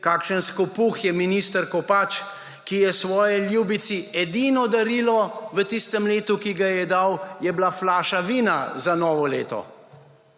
kakšen skopuh je minister Kopač, ki je svoji ljubici edino darilo v tistem letu, ki ga ji je dal, je bila flaša vina za novo leto.